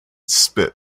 spit